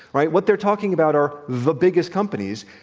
right? what they're talking about are the biggest companies.